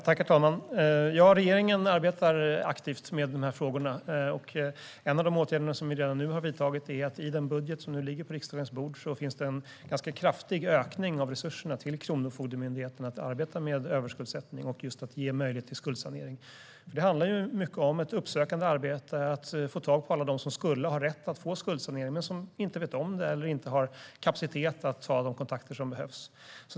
Herr talman! Regeringen arbetar aktivt med dessa frågor. En av de åtgärder vi har vidtagit redan nu är att i den budget som ligger på riksdagens bord kraftigt öka resurserna till Kronofogdemyndigheten så att den kan arbeta med överskuldsättning och ge möjlighet till skuldsanering. Det handlar mycket om ett uppsökande arbete och om att få tag på alla som skulle ha rätt till skuldsanering men som inte vet om det eller inte har kapacitet att ta de kontakter som behövs.